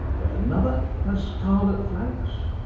yet another has scarlet flanks,